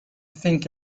think